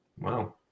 Wow